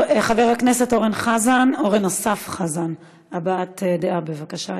חבר הכנסת אורן אסף חזן, הבעת דעה, בבקשה.